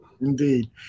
Indeed